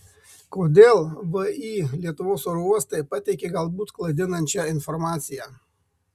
kodėl vį lietuvos oro uostai pateikė galbūt klaidinančią informaciją